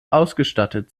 ausgestattet